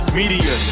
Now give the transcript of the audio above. media